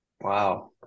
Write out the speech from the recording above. wow